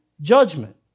judgment